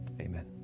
amen